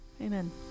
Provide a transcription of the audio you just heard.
amen